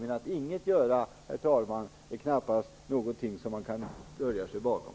Men att inget göra, herr talman, är knappast något att dölja sig bakom.